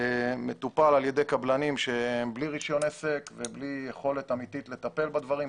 מטופל על ידי קבלנים שהם בלי רישיון עסק ובלי יכולת אמיתית לטפל בדברים.